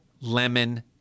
Lemon